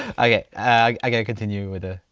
i gotta continue with the ah,